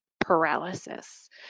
paralysis